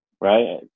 right